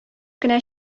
кенә